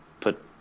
put